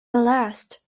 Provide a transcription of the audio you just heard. ballast